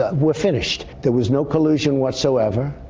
ah we're finished. there was no collusion whatsoever.